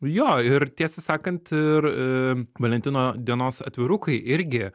jo ir tiesą sakant ir valentino dienos atvirukai irgi